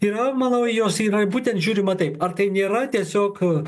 yra manau į juos yra būtent žiūrima taip ar tai nėra tiesiog